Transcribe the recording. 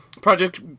Project